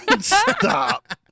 Stop